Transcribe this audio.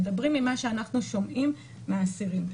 ממה שאנו שומעים מהאסירים.